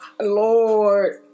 Lord